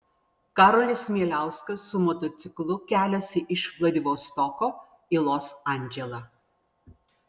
karolis mieliauskas su motociklu keliasi iš vladivostoko į los andželą